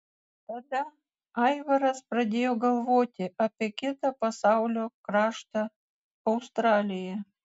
tada aivaras pradėjo galvoti apie kitą pasaulio kraštą australiją